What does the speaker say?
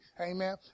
amen